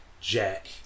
Jack